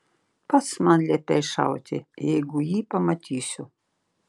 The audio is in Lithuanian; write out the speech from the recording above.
pats man liepei šauti jeigu jį pamatysiu